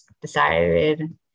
Decided